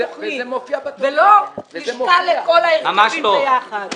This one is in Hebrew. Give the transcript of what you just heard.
ולא לשכה לכל ההרכבים ביחד.